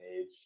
age